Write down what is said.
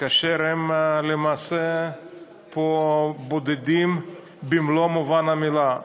ולמעשה הם בודדים פה במלוא מובן המילה.